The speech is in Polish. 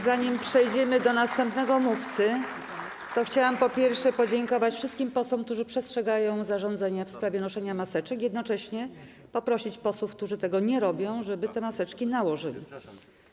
Zanim przejdziemy do wysłuchania następnego mówcy, chciałam, po pierwsze, podziękować wszystkim posłom, którzy przestrzegają zarządzenia w sprawie noszenia maseczek, a jednocześnie poprosić posłów, którzy tego nie robią, żeby te maseczki nałożyli.